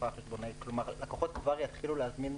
כלומר לקוחות כבר יתחילו להזמין טיסות.